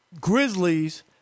Grizzlies